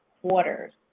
quarters